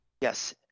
yes